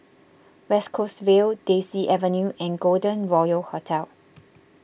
West Coast Vale Daisy Avenue and Golden Royal Hotel